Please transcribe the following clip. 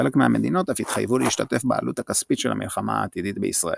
חלק מהמדינות אף התחייבו להשתתף בעלות הכספית של המלחמה העתידית בישראל.